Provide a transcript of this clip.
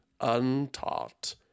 untaught